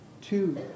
two